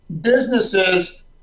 businesses